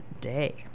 day